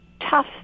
tough